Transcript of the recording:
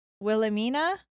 Wilhelmina